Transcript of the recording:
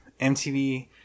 MTV